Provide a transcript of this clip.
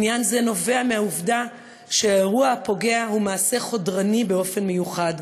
עניין זה נובע מהעובדה שהאירוע הפוגע הוא מעשה חודרני באופן מיוחד,